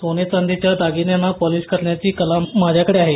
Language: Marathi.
सोन्या चांदीच्या दगिन्यांना पॉलिश करण्याची कला माझ्याकडे आहे